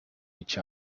each